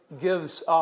gives